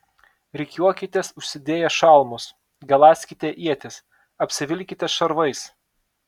rikiuokitės užsidėję šalmus galąskite ietis apsivilkite šarvais